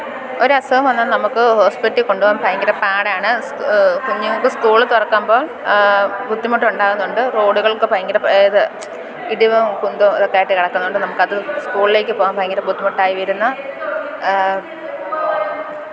ഒരസുഖം വന്നാൽ നമുക്ക് ഹോസ്പിറ്റലിൽ കൊണ്ടു പോകാന് ഭയങ്കര പാടാണ് സ് കുഞ്ഞുങ്ങൾക്കു സ്കൂൾ തുറക്കുമ്പോൾ ബുദ്ധിമുട്ടുണ്ടാക്കുന്നുണ്ട് റോഡുകൾക്ക് ഭയങ്കര പ്രെ ഏത് ഇടിവും കുന്തവും ഒക്കെ ആയിട്ട് കിടക്കുന്നതു കൊണ്ട് നമുക്കത് സ്കൂളുകളിലേക്കു പോകാന് ഭയങ്കര ബുദ്ധിമുട്ടായി വരുന്ന